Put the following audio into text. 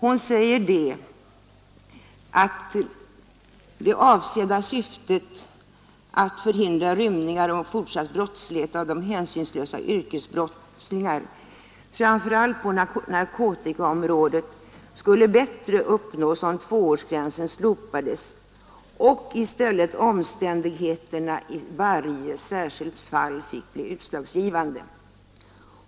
Hon säger att det avsedda syftet att förhindra rymningar och en fortsatt brottslighet av hänsynslösa yrkesbrottslingar framför allt på narkotikaområdet skulle bättre uppnås, om tvåårsgränsen slopades och om omständigheterna i varje särskilt fall i stället fick bli utslagsgivande.